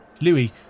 Louis